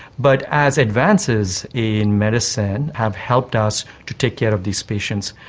but as advances in medicine have helped us to take care of these patients,